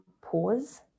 pause